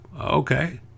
Okay